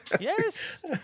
Yes